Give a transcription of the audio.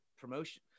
promotion